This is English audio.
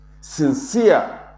sincere